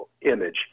image